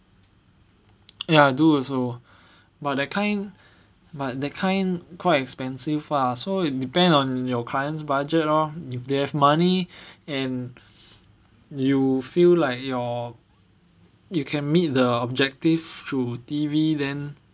ya do also but that kind but that kind quite expensive lah so it depends on your clients budget lor if they have money and you feel like your you can meet the objective through T_V then